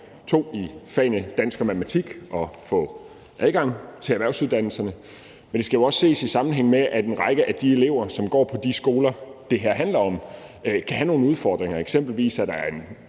02 i fagene dansk og matematik at få adgang til erhvervsuddannelserne. Men det skal jo også ses, i sammenhæng med at en række af de elever, som går på de skoler, som det her handler om, kan have nogle udfordringer. Eksempelvis er der en